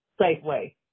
Safeway